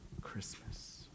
Christmas